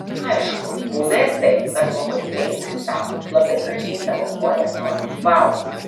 aišku būna ir taip kad žmogus prieina ir sako labai gražiai tavo koja atrodo vau